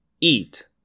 eat